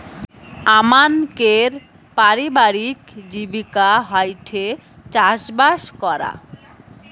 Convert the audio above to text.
আমানকের পারিবারিক জীবিকা হয়ঠে চাষবাস করা